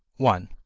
one.